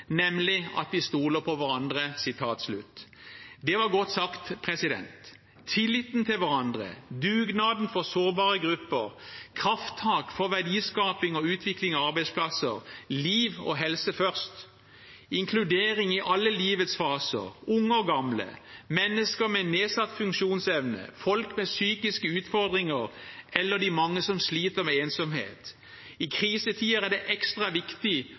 Nemlig at vi stoler på hverandre.» Det var godt sagt. Tilliten til hverandre, dugnaden for sårbare grupper, krafttak for verdiskaping og utvikling av arbeidsplasser, liv og helse først, inkludering i alle livets faser, unge og gamle, mennesker med nedsatt funksjonsevne, folk med psykiske utfordringer eller de mange som sliter med ensomhet – i krisetider er det ekstra viktig